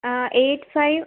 eight five